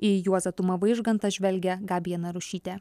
į juozą tumą vaižgantą žvelgia gabija narušytė